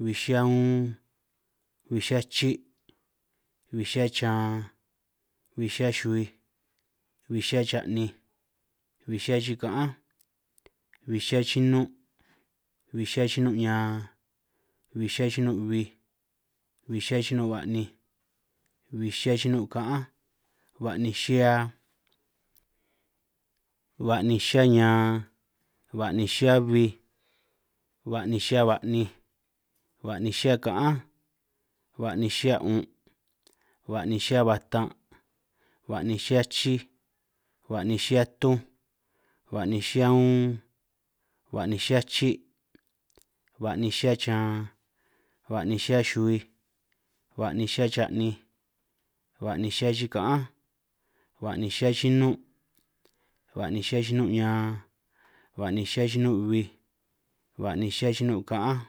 Bij xihia uun, bij xihia chi', bij xihia yan, bij xihia yuhuij, bij xihia ya'ninj, bij xihia chikaanj, bij xihia yinun', bij xihia yinun' ñan, bij xihia yinun' bbij, bij xihia yinun' ba'ninj, bij yinun' kaan, ba'nij xihia, ba'ninj xihia ñan, ba'ninj xihia bbij, ba'ninj xihia ba'ninj, ba'ninj xihia kaanj, ba'ninj xihia 'un', ba'ninj xihia batan', ba'ninj xihia chij, ba'ninj xia tunj, ba'ninj xihia uun, ba'ninj xihia chi', ba'ninj xihia chan, ba'ninj xihia chuhuij, ba'ninj xihia cha'ninj, ba'ninj xihia chikaanj, ba'ninj xihia yinun', ba'ninj xihia yinun ñan, ba'ninj xihia yinun' bbij, ba'ninj xihia yinun' kaanj,